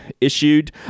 issued